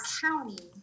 county